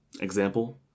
example